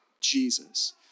Jesus